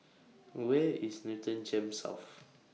Where IS Newton Gems South